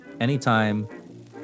anytime